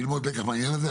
ללמוד לקח מהעניין הזה.